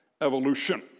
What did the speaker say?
evolution